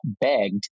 begged